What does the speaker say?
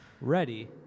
Ready